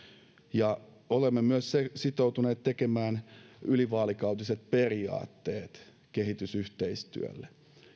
ja olemme myös sitoutuneet tekemään ylivaalikautiset periaatteet kehitysyhteistyölle